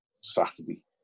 Saturday